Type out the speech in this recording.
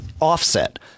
offset